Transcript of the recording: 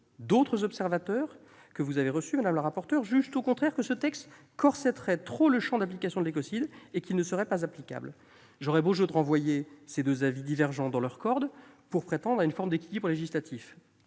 D'autres observateurs, que vous avez reçus, madame la rapporteure, jugent au contraire qu'il corsèterait trop le champ d'application de l'écocide et ne serait pas applicable. J'aurais beau jeu de renvoyer ces deux avis divergents dans leurs cordes pour prétendre à une forme d'équilibre législatif